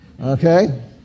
okay